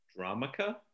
Dramica